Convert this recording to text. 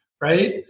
right